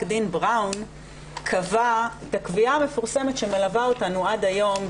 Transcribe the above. דין בראון קבע את הקביעה המפורסמת שמלווה אותנו עד היום,